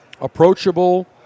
approachable